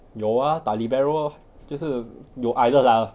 有 ah 打 libero lor 就是有矮的 lah